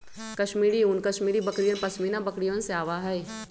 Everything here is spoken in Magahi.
कश्मीरी ऊन कश्मीरी बकरियन, पश्मीना बकरिवन से आवा हई